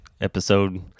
episode